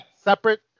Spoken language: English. separate